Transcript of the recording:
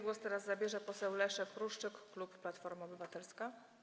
Głos teraz zabierze poseł Leszek Ruszczyk, klub Platforma Obywatelska.